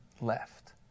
left